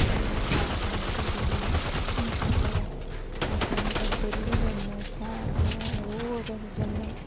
मेरियां चार पंज स्हेलियां अस अस मतलब डेली जन्ने उत्थें इयां रोज अस जन्ने